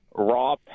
raw